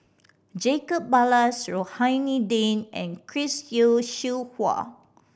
Jacob Ballas Rohani Din and Chris Yeo Siew Hua